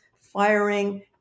firing